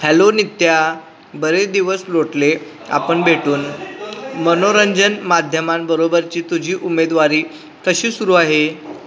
hello Nitya बरेच दिवस लोटले आपण भेटून मनोरंजन माध्यमांबरोबरची तुझी उमेदवारी कशी सुरू आहे